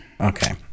Okay